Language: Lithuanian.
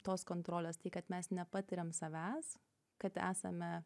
tos kontrolės kad mes nepatiriam savęs kad esame